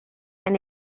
and